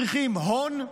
אנחנו צריכים הון,